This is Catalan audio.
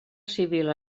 civil